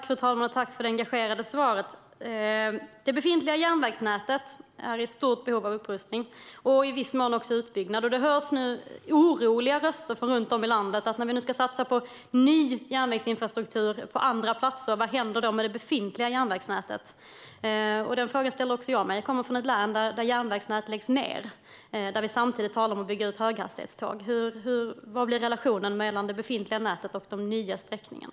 Fru talman! Jag tackar för det engagerade svaret. Det befintliga järnvägsnätet är i stort behov av upprustning och i viss mån utbyggnad. Det hörs nu oroliga röster runt om i landet om vad som ska hända med det befintliga järnvägsnätet när vi nu ska satsa på ny järnvägsinfrastruktur på andra platser. Den frågan ställer jag mig också. Jag kommer från ett län där järnvägsnät läggs ned och där vi samtidigt talar om att bygga för höghastighetståg. Vilken blir relationen mellan det befintliga nätet och de nya sträckningarna?